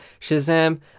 Shazam